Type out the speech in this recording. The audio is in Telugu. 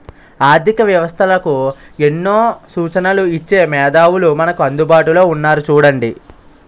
ఆర్థిక వ్యవస్థలకు ఎన్నో సూచనలు ఇచ్చే మేధావులు మనకు అందుబాటులో ఉన్నారు చూడండి